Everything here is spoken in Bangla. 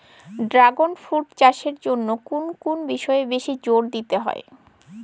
ড্রাগণ ফ্রুট চাষের জন্য কোন কোন বিষয়ে বেশি জোর দিতে হয়?